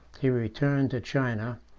he returned to china,